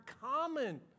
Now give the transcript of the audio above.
common